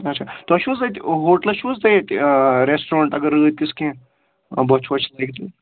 اَچھا تۄہہِ چھُو حظ اَتہِ ہوٹلَس چھُو حظ تۄہہِ ییٚتہِ رٮ۪سٹرٛونٛٹ اگر رٲتۍ کیُت کیٚنٛہہ بۄچھِ وۄچھِ لَگہِ تہٕ